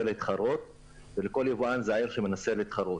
להתחרות ולכל יבואן זעיר שמנסה להתחרות.